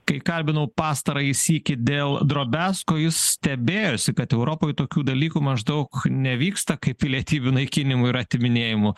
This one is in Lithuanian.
kai kalbinau pastarąjį sykį dėl drobiazko jis stebėjosi kad europoj tokių dalykų maždaug nevyksta kaip pilietybių naikinimų ir atiminėjimų